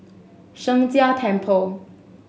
Sheng Jia Temple